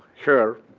her,